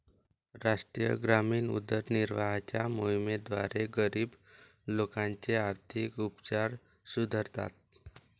राष्ट्रीय ग्रामीण उदरनिर्वाहाच्या मोहिमेद्वारे, गरीब लोकांचे आर्थिक उपचार सुधारतात